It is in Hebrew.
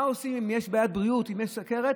מה עושים אם יש בעיית בריאות, אם יש סוכרת,